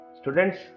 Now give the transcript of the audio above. Students